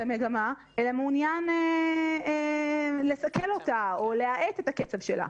המגמה אלא מעוניין לסכל אותה או להאט את הקצב שלה.